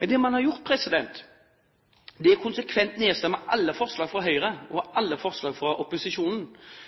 Det man har gjort, er konsekvent å nedstemme alle forslag fra Høyre og alle forslag fra opposisjonen